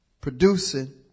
producing